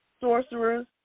sorcerers